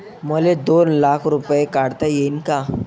मले दोन लाख रूपे काढता येईन काय?